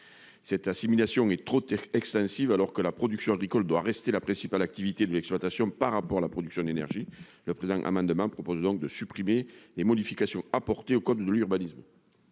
telle assimilation nous semble trop extensive : la production agricole doit rester la principale activité de l'exploitation, par rapport à la production d'énergie. Le présent amendement vise donc à supprimer les modifications apportées au code de l'urbanisme.